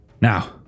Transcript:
Now